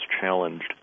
challenged